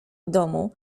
domu